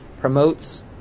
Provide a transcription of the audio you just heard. promotes